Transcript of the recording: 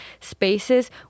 spaces